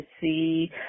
see